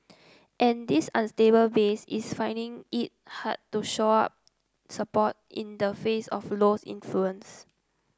and this unstable base is finding it hard to shore up support in the face of Low's influence